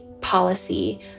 policy